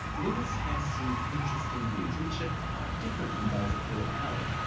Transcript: lewis has some interesting views, which are quite different from those of philip howard,